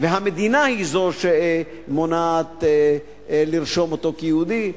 והמדינה היא זו שמונעת לרשום אותו כיהודי.